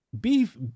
beef